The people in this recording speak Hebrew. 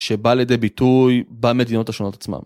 שבא לידי ביטוי במדינות השונות עצמם.